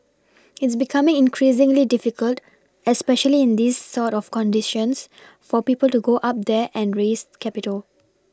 it's becoming increasingly difficult especially in these sort of conditions for people to go up there and raise capital